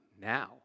now